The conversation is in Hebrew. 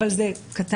אבל זה קטן,